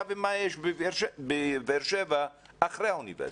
ומה יש בבאר שבע אחרי האוניברסיטה.